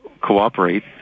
cooperate